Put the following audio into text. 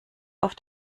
auf